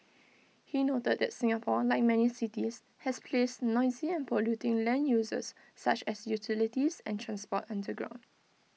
he noted that Singapore like many cities has placed noisy and polluting land uses such as utilities and transport underground